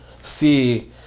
see